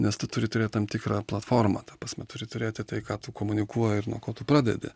nes tu turi turėt tam tikrą platformą ta prasme turi turėti tai ką tu komunikuoji ir nuo ko tu pradedi